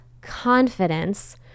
confidence